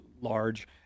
large